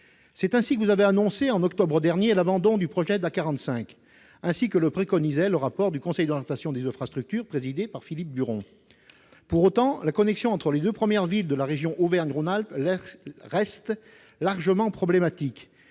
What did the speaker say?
C'est ainsi que vous avez annoncé, au mois d'octobre dernier, l'abandon du projet de l'A 45, ainsi que le préconisait le rapport du Conseil d'orientation des infrastructures, présidé par Philippe Duron. Pour autant, la connexion entre les deux premières villes de la région Auvergne-Rhône-Alpes reste largement problématique.